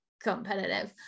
competitive